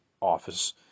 office